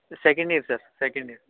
second year sir second year